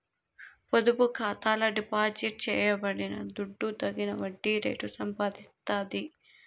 పొదుపు ఖాతాల డిపాజిట్ చేయబడిన దుడ్డు తగిన వడ్డీ రేటు సంపాదిస్తాది